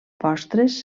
postres